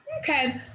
Okay